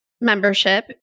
membership